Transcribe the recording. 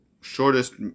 shortest